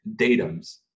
datums